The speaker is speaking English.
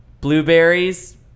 blueberries